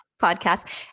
Podcast